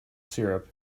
syrup